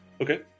Okay